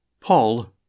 Paul